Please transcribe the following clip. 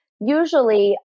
Usually